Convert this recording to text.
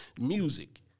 music